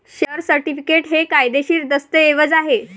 share certificate हे कायदेशीर दस्तऐवज आहे